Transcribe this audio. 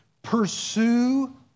Pursue